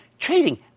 Trading